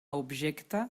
objecte